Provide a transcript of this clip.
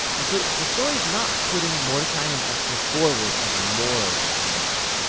and so the story's not putting mordecai and esther forward as moral example,